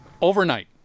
overnight